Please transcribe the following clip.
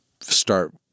start